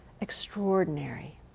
Extraordinary